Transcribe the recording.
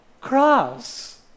cross